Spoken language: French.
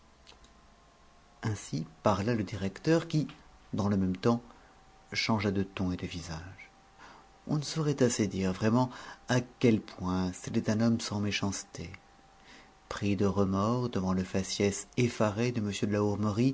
ainsi parla le directeur qui dans le même temps changea de ton et de visage on ne saurait assez dire vraiment à quel point c'était un homme sans méchanceté pris de remords devant le faciès effaré de